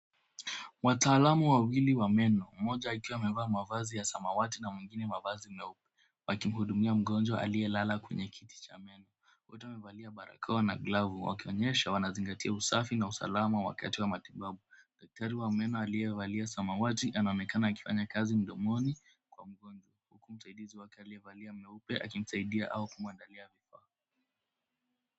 Wataalamu wawili wa meno, mmoja akiwa amevaa mavazi ya samawati na mwingine mavazi meupe, wakihudumia mgonjwa aliyelala kwenye kiti cha meno. Wote wamevalia barakoa na glavu wakionyesha wanazingatia usafi na usalama wakati wa matibabu. Daktari wa meno aliyevalia samawati anaonekana akifanya kazi mdomoni kwa mgonjwa huku msaidizi wake aliyevalia nyeupe akimsaidia au kumwandalia vifaa.